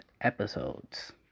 episodes